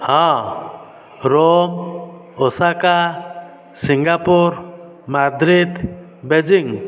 ହଁ Rome Osaka Singapore Madrid Beijing